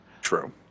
True